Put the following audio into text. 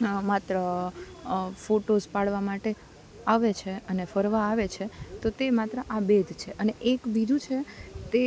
માત્ર ફોટોઝ પાડવા માટે આવે છે અને ફરવા આવે છે તો તે માત્ર આ બે જ છે અને એક બીજું છે તે